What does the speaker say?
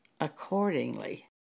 accordingly